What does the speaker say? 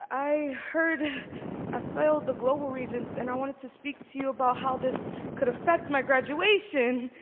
i heard i failed the global regents and i wanted to speak to you about how this could affect my graduation.